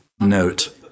note